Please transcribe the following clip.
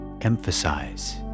emphasize